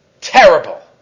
terrible